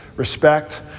respect